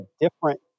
different